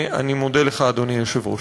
אני מודה לך, אדוני היושב-ראש.